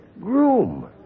groom